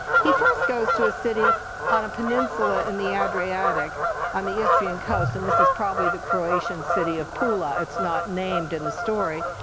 he first goes to a city on a peninsula in the adriatic on the istrian coast, and this is probably the croatian city of pula, it's not named in the story.